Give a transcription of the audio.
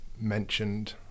mentioned